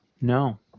No